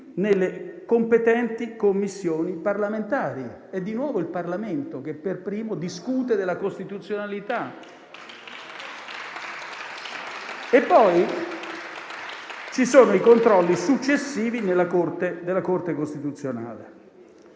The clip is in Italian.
nelle competenti Commissioni parlamentari: è di nuovo il Parlamento che, per primo, discute della costituzionalità. Poi ci sono i controlli successivi della Corte costituzionale.